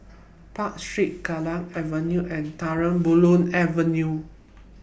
Park Street Kallang Avenue and Terang Bulan Avenue